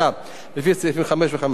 לפי סעיפים 5 ו-5א לחוק,